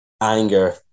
anger